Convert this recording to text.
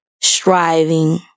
striving